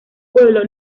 pueblo